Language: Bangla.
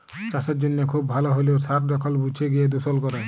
চাসের জনহে খুব ভাল হ্যলেও সার যখল মুছে গিয় দুষল ক্যরে